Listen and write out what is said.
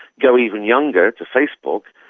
go even younger, to facebook,